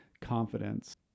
confidence